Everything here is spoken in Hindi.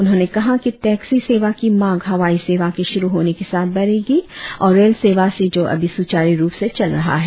उन्होंने कहा कि टेक्सी सेवा की मांग हवाई सेवा के शुरु होने के साथ बढ़ेगी और रेल सेवा से जो अभी सुचारु रुप से चल रहा है